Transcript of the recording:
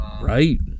Right